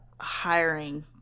hiring